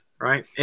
right